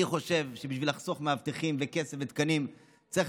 אני חושב שבשביל לחסוך מאבטחים וכסף ותקנים צריך